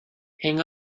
hang